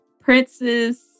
Princess